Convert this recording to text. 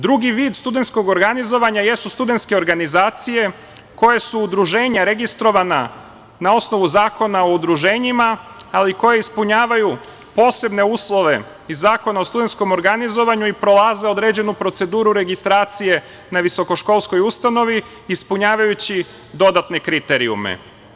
Drugi vid studentskog organizovanja jesu studentske organizacije, koje su udruženja registrovana na osnovu Zakona o udruženjima, ali koje ispunjavaju posebne uslove i Zakon o studentskom organizovanju i prolaze određenu proceduru registracije na visokoškolskoj ustanovi ispunjavajući dodatne kriterijume.